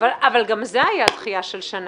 אבל גם כאן הייתה דחייה של שנה.